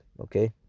Okay